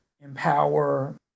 empower